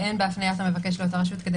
ואין בהפניית המבקש לאותה רשות כדי